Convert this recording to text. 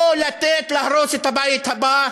לא לתת להרוס את הבית הבא,